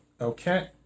Okay